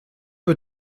peu